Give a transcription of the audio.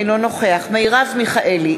אינו נוכח מרב מיכאלי,